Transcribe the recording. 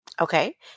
Okay